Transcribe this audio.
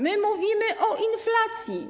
My mówimy o inflacji.